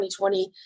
2020